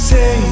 Say